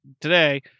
today